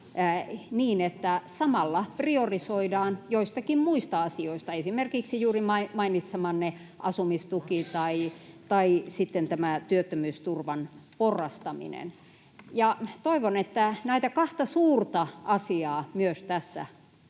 niin, että samalla priorisoidaan joistakin muista asioista, esimerkiksi juuri mainitsemanne asumistuki tai sitten tämä työttömyysturvan porrastaminen. Toivon, että näitä kahta suurta asiaa myös tässä